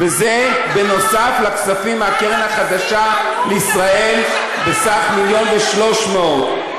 אתה שקרן ואתה מסית עלוב, וגם